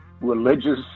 religious